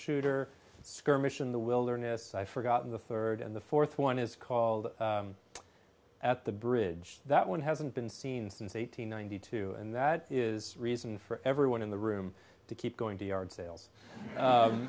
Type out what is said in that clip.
sharpshooter skirmish in the wilderness i forgotten the third and the fourth one is called at the bridge that one hasn't been seen since eight hundred ninety two and that is reason for everyone in the room to keep going to yard sales